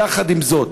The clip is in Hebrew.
יחד עם זאת,